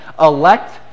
elect